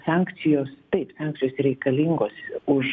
sankcijos taip sankcijos reikalingos už